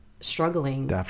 struggling